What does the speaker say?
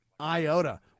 iota